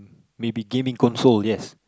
maybe gaming console yes